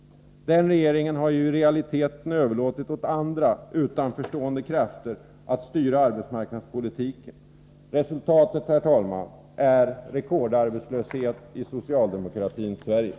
Den har ju i realiteten överlåtit åt andra, utanförstående krafter att styra arbetsmarknadspolitiken. Resultatet är rekordarbetslöshet i socialdemokratins Sverige.